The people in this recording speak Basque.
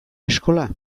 eskola